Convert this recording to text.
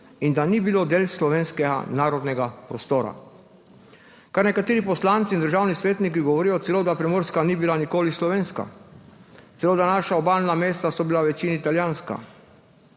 in da ni bilo del slovenskega narodnega prostora, ker nekateri poslanci in državni svetniki celo govorijo, da Primorska ni bila nikoli slovenska, celo da so bila naša obalna mesta v večini italijanska.